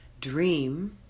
Dream